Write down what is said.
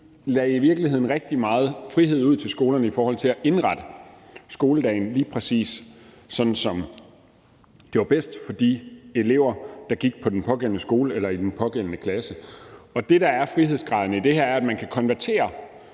lagde i virkeligheden rigtig meget frihed ud til skolerne i forhold til at indrette skoledagen lige præcis sådan, som det var bedst for de elever, der gik på den pågældende skole eller i den pågældende klasse, og det, der er frihedsgraderne i det her, er, at man kan konvertere